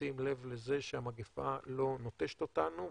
בשים לב לזה שהמגפה לא נוטשת אותנו,